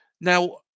now